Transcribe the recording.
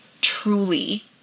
truly